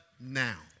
now